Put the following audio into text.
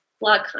blog